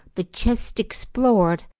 the chest explored,